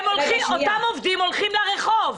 אותם עובדים הולכים לרחוב.